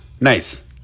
Nice